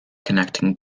connecting